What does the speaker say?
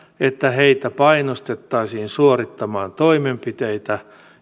että heitä painostettaisiin suorittamaan toimenpiteitä